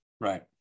Right